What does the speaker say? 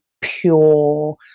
pure